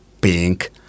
Pink